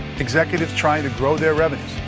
executives trying to grow their revenues.